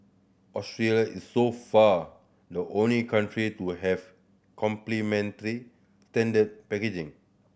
Australia is so far the only country to have packaging